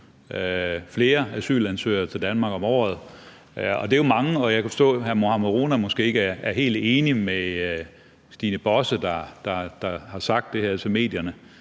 flere asylansøgere til Danmark om året, og det er jo mange. Jeg kan forstå, at hr. Mohammad Rona måske ikke er helt enig med Stine Bosse, der har sagt det her til medierne,